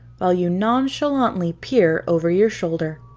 while you nonchalantly peer over your shoulder?